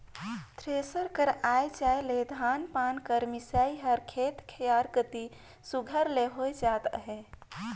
thresher कर आए जाए ले धान पान कर मिसई हर खेते खाएर कती सुग्घर ले होए जात अहे